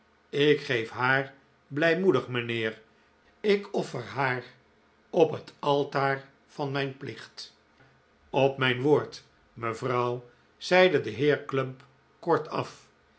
ik geef haar blijmoedig mijnheer ik offer haar op het altaar van mijn plicht op mijn woord mevrouw zeide de heer clump kortaf